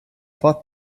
bought